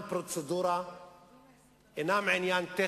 אתה בקואליציה.